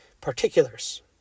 particulars